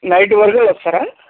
night వరకు వస్తారా